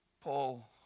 Paul